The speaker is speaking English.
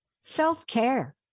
Self-care